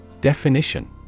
Definition